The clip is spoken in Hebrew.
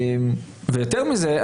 יותר מזה,